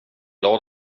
glad